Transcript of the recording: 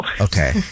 Okay